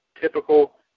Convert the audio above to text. typical